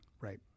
Right